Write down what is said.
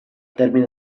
termine